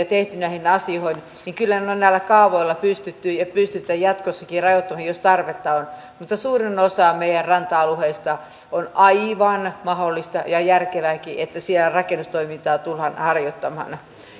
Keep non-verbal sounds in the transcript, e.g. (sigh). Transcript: (unintelligible) tehty näihin asioihin niin että kyllä ne on näillä kaavoilla pystytty ja pystytään jatkossakin rajoittamaan jos tarvetta on mutta suurimmassa osassa meidän ranta alueistamme on aivan mahdollista ja järkevääkin että siellä rakennustoimintaa tullaan harjoittamaan